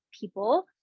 people